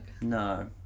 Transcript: No